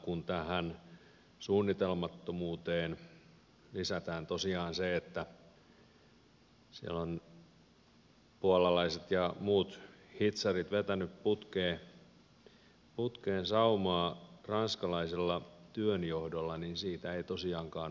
kun tähän suunnitelmattomuuteen lisätään tosiaan se että siellä ovat puolalaiset ja muut hitsarit vetäneet putkeen saumaa ranskalaisella työnjohdolla niin siitä ei tosiaankaan ole hyvää seurannut